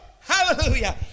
Hallelujah